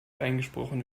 eingesprochen